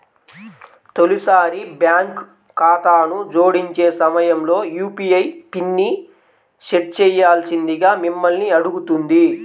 తొలిసారి బ్యాంక్ ఖాతాను జోడించే సమయంలో యూ.పీ.ఐ పిన్ని సెట్ చేయాల్సిందిగా మిమ్మల్ని అడుగుతుంది